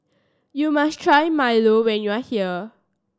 you must try Milo when you are here